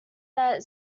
that